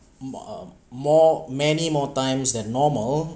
mm uh more many more times than normal